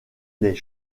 les